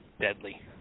deadly